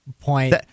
point